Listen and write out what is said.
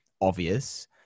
obvious